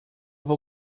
vou